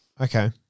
Okay